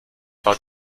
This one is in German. war